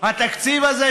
התקציב הזה,